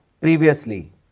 previously